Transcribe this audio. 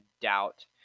doubt